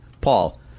Paul